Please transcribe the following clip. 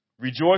Rejoice